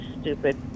stupid